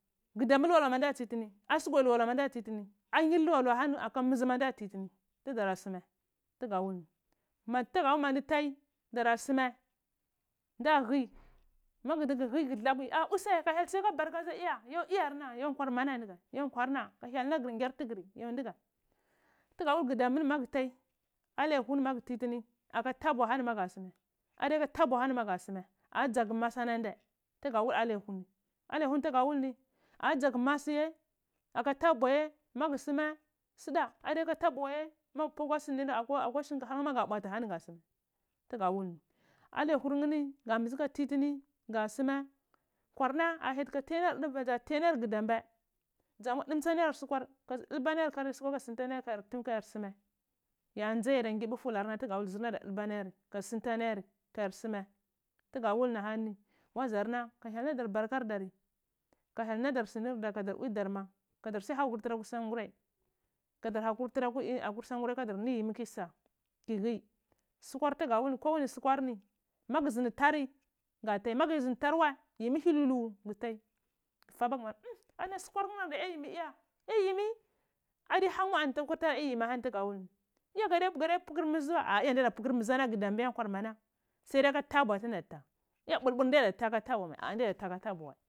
Gudambeh luwa luwa ma nda ti dini asugwai luwa luwa ma ndati tini anyr luwa luwa aka mizdhe ma nda atr tini tu ɗara suma tuga wul ni ma tanwa ma yid ai dara sumvai nda hi ma ndu guni u hi nda labu usai ka hyel siyaka barka mai iya yo iyarna yo kwarnana ndighe ka. Hyel nagur nyuar tuguri yo tuga du wuti ga dambhe ni ma magu ntai alaho ni ma ngu ntitini aka tubwa ahani ma ga soma adiya ka tanwa ahani ma ga ysumai ah dzaghu masu ana ndai tuga da wal akcho ni dkhp ni tuguda wul ni a dzaga masi ye a tabwaye soda mpua ka shinkafa ma ga bwati ahani agu sumai tugada wul alehor nkeh ni nha mbizi ka kitini ga soma nkwa nu ah mbigi ka hyeti katayer duve katakayar ghudam bhe ɗza muar ɗolba layer sukar ka dulba layer learif sufiarka dzi nti teayer suma ya ndr ada ngrrwe phalormani jirnani tugadala wule ada tulayar leayar sumai tuga haul ahanini wazarna ka hyel na dar barkat dari ku hyel badar smar dari kadar pwi sangurai kadar hakur tura akwi sangurai kadar tsa ki hi sukar tugo da wolni kowani suhwar ni maguzhindi turi ga tai magu zindi tar wai miyi. Lulu gu tai magu zindi tar wai mmiyi lulu gu tai magu suhwar murda ala ya nymi ni nda iya ya yimi adi adi hon wai anti kufar ni yahan iya gadiya poku mmhigd he wai ah iya nda nda pukur mhize ya ala gadumbhe ya mana said ha aka tabwua gga tuna ta bulbuti ndadiyo tha aka duve wai.